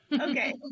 Okay